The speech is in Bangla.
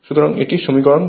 সুতরাং এটি হয় 5নং সমীকরণ